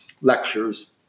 lectures